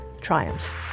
triumph